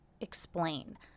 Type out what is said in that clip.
explain